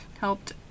helped